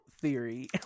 theory